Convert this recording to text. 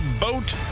boat